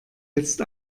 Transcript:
jetzt